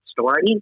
story